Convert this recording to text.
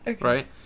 right